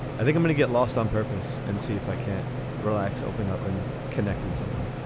i think i'm gonna get lost on purpose and see if i can't relax, open up and connect with someone.